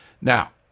Now